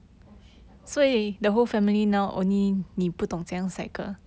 oh shit I got a red line